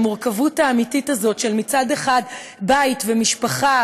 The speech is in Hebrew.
המורכבות האמיתית הזאת: מצד אחד בית ומשפחה